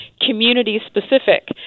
community-specific